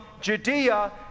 Judea